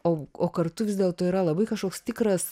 o o kartu vis dėlto yra labai kažkoks tikras